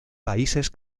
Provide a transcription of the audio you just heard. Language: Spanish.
países